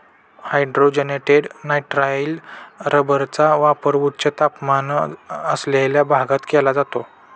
hydrogenated nitrile रबरचा वापर उच्च तापमान असलेल्या भागात केला जातो